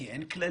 כי אין כללים,